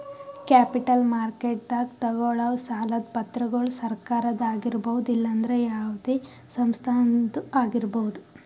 capital ಮಾರ್ಕೆಟ್ದಾಗ್ ತಗೋಳವ್ ಸಾಲದ್ ಪತ್ರಗೊಳ್ ಸರಕಾರದ ಆಗಿರ್ಬಹುದ್ ಇಲ್ಲಂದ್ರ ಯಾವದೇ ಸಂಸ್ಥಾದ್ನು ಆಗಿರ್ಬಹುದ್